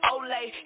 Olay